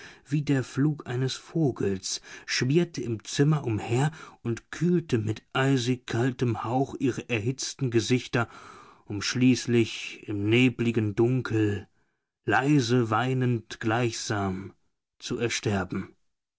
wie der flug eines vogels schwirrte im zimmer umher und kühlte mit eisigkaltem hauch ihre erhitzten gesichter um schließlich im nebligen dunkel leise weinend gleichsam zu ersterben